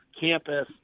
campus